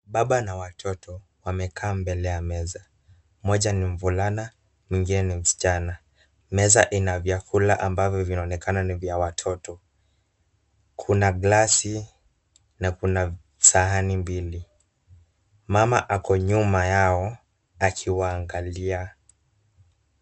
Baba na watoto wamekaa mbele ya meza, moja ni mvulana mwingine ni msichana. Meza ina vyakula ambavyo vinaonekana ni vya watoto. Kuna gilasi na kuna sahani mbili. Mama ako nyuma yao akiwaangalia.